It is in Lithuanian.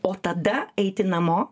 o tada eiti namo